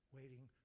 waiting